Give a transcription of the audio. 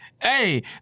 hey